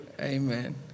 Amen